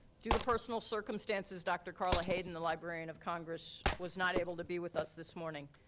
due to personal circumstances doctor carla hayden, the librarian of congress, was not able to be with us this morning.